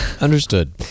understood